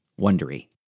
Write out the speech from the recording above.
Wondery